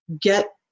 Get